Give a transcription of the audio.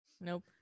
Nope